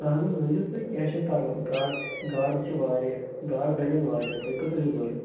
اَہَن حظ ؤنِو تُہۍ کیٚنٛہہ چھُنہٕ پَرواے گاڈٕ چھِ گاڈٕ چھِ واریاہ گاڈٕ بَنٮ۪ن واریاہ تۄہہِ کۭژاہ چھو ضوٚرَتھ